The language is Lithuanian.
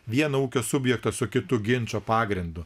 vieno ūkio subjektas su kitu ginčo pagrindu